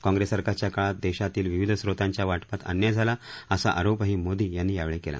काँग्रेस सरकारच्या काळात देशातील विविध स्रोतांच्या वाटपात अन्याय झाला असा आरोपही मोदी यांनी यावेळी केला